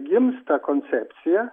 gimsta koncepcija